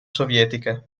sovietiche